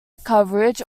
coverage